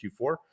Q4